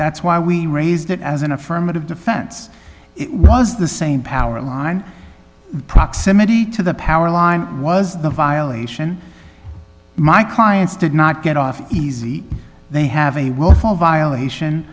that's why we raised it as an affirmative defense it was the same powerline proximity to the power line was the violation my clients did not get off easy they have a willful violation